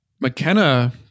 McKenna